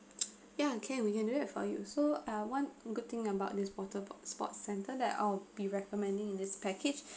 ya can we can do that for you so uh one good thing about this porta~ sports center that I'll be recommending in this package